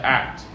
act